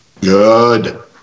Good